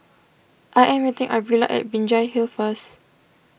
I am meeting Arvilla at Binjai Hill first